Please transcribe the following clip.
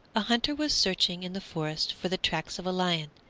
a hunter was searching in the forest for the tracks of a lion,